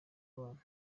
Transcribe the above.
bantu